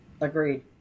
agreed